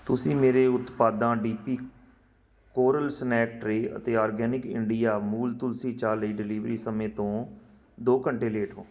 ਤੁਸੀਂ ਮੇਰੇ ਉਤਪਾਦਾਂ D P coral snack tray ਅਤੇ ਆਰਗੈਨਿਕ ਇੰਡੀਆ ਮੂਲ ਤੁਲਸੀ ਚਾਹ ਲਈ ਡਿਲੀਵਰੀ ਸਮੇਂ ਤੋਂ ਦੋ ਘੰਟੇ ਲੇਟ ਹੋ